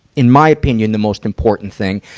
in my opinion, the most important thing.